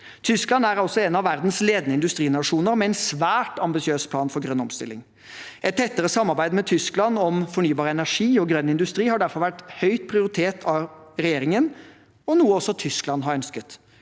Tyskland er også en av verdens ledende industrinasjoner, med en svært ambisiøs plan for grønn omstilling. Et tettere samarbeid med Tyskland om fornybar energi og grønn industri har derfor vært høyt prioritert av regjeringen og noe også Tyskland har ønsket.